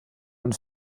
und